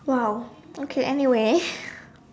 !wow! okay anyway